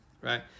right